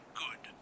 good